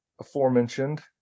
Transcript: aforementioned